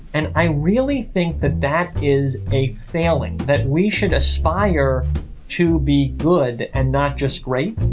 and i really think that that is a failing, that we should aspire to be good and not just write